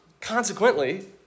Consequently